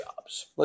jobs